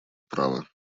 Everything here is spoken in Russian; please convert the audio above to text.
права